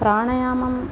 प्राणयामम्